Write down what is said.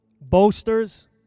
boasters